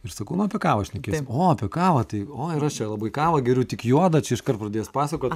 ir sakau nu apie kavą šnekėsim o apie kavą tai o ir aš čia labai kavą geriu tik juodą čia iškart pradėjo jis pasakot